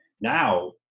Now